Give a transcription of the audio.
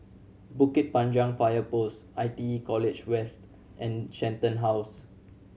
Bukit Panjang Fire Post I T E College West and Shenton House